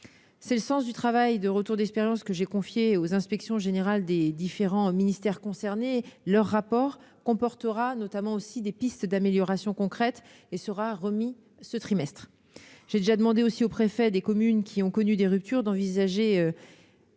C'est le sens du travail de retour d'expérience que j'ai confié aux inspections générales des différents ministères concernés. Leur rapport, qui comportera notamment des pistes d'amélioration concrète, sera remis ce trimestre. J'ai aussi demandé aux préfets des communes qui ont connu des ruptures d'engager